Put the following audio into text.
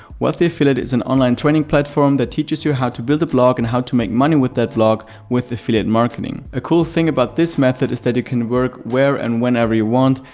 wealthy affiliate is an online training platform that teaches you how to build a blog and how to make money with that blog with affiliate marketing. the ah cool thing about this method is that you can work where and whenever you want,